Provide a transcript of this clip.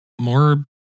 more